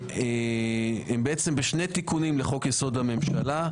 הם בשני תיקונים לחוק-יסוד: הממשלה,